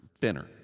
thinner